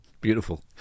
Beautiful